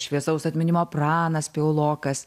šviesaus atminimo pranas piaulokas